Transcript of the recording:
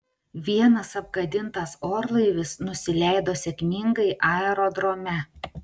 vienas apgadintas orlaivis nusileido sėkmingai aerodrome